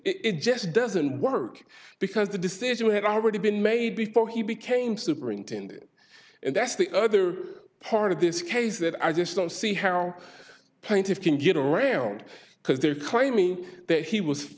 intended it just doesn't work because the decision had already been made before he became superintendent and that's the other part of this case that i just don't see how plaintiff can get around because they're claiming that he was